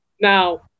now